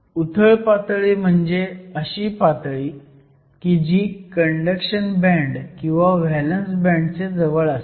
उथळ पातळी म्हणजे अशी ओआतली की जी कंडक्शन बँड किंवा व्हॅलंस बँड च्या जवळ असते